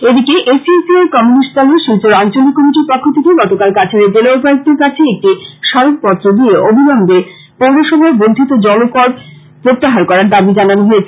এদিকে S U C I communist দলের শিলচর আঞ্চলিক কমিটির পক্ষ থেকে গতকাল কাছাড়ের জেলা উপায়ুক্তের কাছে একটি স্মারক পত্র দিয়ে অবিলম্বে পৌরসভার বর্ধিত জলকর প্রত্যাহার করার দাবী জানানো হয়েছে